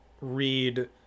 read